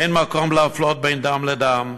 אין מקום להפלות בין דם לדם,